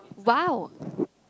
!wow!